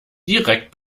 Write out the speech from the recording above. direkt